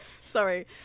Sorry